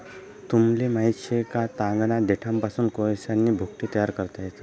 तुमले माहित शे का, तागना देठपासून कोयसानी भुकटी तयार करता येस